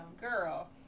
girl